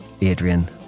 Adrian